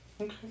Okay